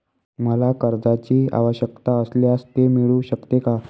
मला कर्जांची आवश्यकता असल्यास ते मिळू शकते का?